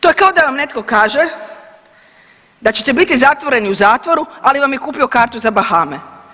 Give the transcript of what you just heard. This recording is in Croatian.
To je kao da vam netko kaže da ćete biti zatvoreni u zatvoru, ali vam je kupio karte za Bahame.